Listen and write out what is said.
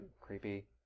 creepy